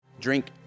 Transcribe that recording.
drink